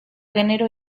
genero